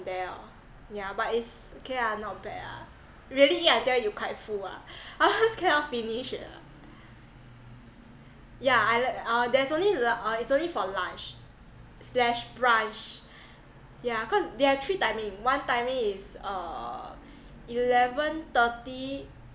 there oh yeah but it's okay ah not bad ah really eat until you quite full ah cannot finish it ah yeah I like uh there's only lu~ it's only for lunch slash brunch yeah cause there are three timing one timing is uh eleven thirty